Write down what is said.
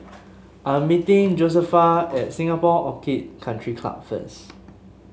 I am meeting Josefa at Singapore Orchid Country Club first